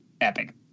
epic